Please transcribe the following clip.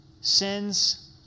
sins